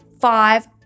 five